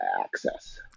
access